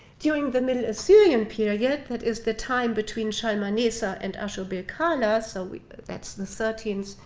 during the middle assyrian period, that is the time between shalmaneser and ashurbelkala so that's the thirteenth,